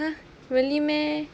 !huh! really meh